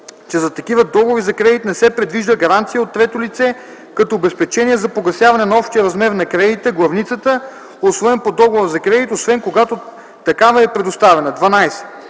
че за такива договори за кредит не се предвижда гаранция от трето лице като обезпечение за погасяване на общия размер на кредита (главницата), усвоен по договора за кредит, освен когато такава е предоставена. 12.